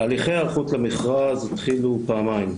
הליכי ההיערכות למכרז התחילו פעמיים.